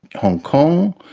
hong kong,